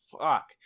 fuck